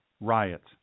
riots